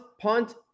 punt